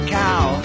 cow